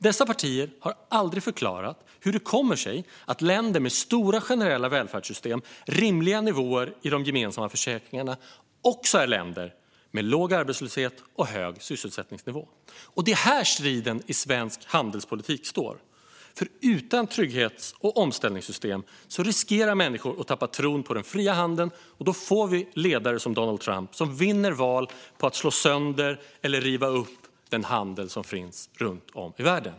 Dessa partier har aldrig förklarat hur det kommer sig att länder med stora generella välfärdssystem och rimliga nivåer i de gemensamma försäkringarna också är länder med låg arbetslöshet och hög sysselsättningsnivå. Det är här striden i svensk handelspolitik står. Utan trygghets och omställningssystem riskerar människor att tappa tron på den fria handeln. Då får vi ledare som Donald Trump, som vinner val på att slå sönder eller riva upp den handel som finns runt om i världen.